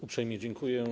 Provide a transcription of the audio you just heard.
Uprzejmie dziękuję.